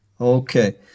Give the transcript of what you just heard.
Okay